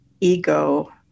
ego